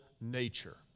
nature